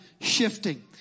shifting